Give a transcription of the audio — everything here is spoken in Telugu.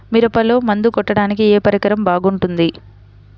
మిరపలో మందు కొట్టాడానికి ఏ పరికరం బాగుంటుంది?